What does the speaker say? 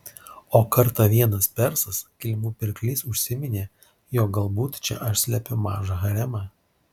o kartą vienas persas kilimų pirklys užsiminė jog galbūt čia aš slepiu mažą haremą